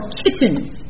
kittens